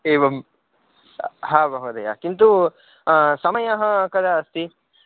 एवं हा महोदय किन्तु समयः कदा अस्ति